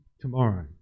tomorrow